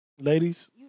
Ladies